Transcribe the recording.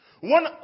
One